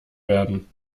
werden